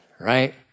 right